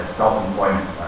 self-employment